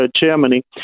Germany